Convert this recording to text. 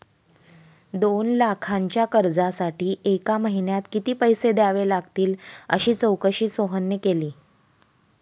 दोन लाखांच्या कर्जासाठी एका महिन्यात किती पैसे द्यावे लागतील अशी चौकशी सोहनने केली